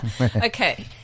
Okay